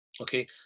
okay